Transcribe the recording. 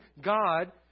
God